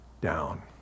down